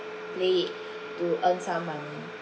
play it to earn some money